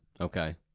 Okay